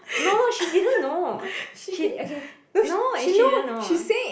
no she didn't know she okay no she didn't know